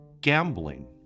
gambling